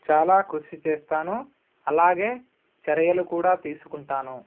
చాలా కృషి చేస్తాను అలాగే చర్యలు కూడా తీసుకుంటాను